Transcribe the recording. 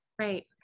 Right